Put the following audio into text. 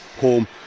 home